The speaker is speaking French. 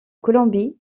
colombie